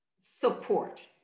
Support